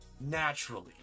Naturally